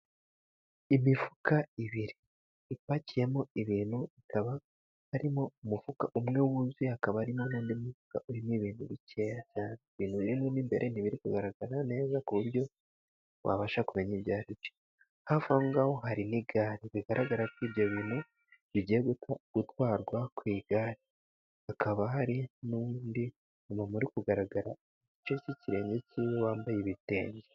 Imifuka ibiri, ipakiyemo ibintu. Hakaba harimo umufuka umwe wuzuye, hakaba harimo n'umufuka urimo ibintu bike. Ibintu birimo imbere ntibiri kugaragara neza ku buryo wabasha kumenya ibyaribyo. Hafi aho ngaho hari n'igare, bigaragara ko ibyo bintu bigiye gutwarwa kw' igare. Hakaba hari n'undi muntu uri kugaragara igice cy'ikirenge kimwe wambaye ibitenge.